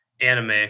Anime